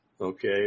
Okay